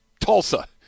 Tulsa